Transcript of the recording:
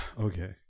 Okay